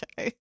Okay